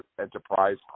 Enterprise